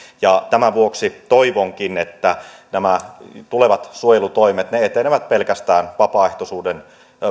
tämän vuoksi toivonkin että nämä tulevat suojelutoimet etenevät pelkästään vapaaehtoisuuden